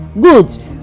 Good